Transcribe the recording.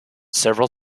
several